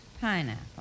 pineapple